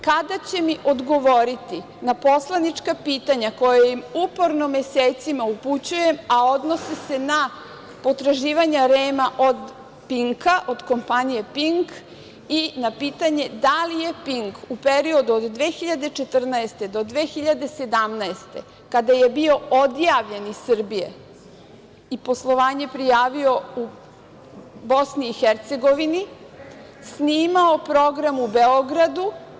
Kada će mi odgovoriti na poslanička pitanja koje im uporno mesecima upućujem, a odnose se na potraživanja REM od „Pinka“, od kompanije „Pink“ i na pitanje da li je „Pink“ u periodu od 2014. godine do 2017. godine kada je bio odjavljen iz Srbije i poslovanje prijavio u Bosni i Hercegovini, snimao program u Beogradu?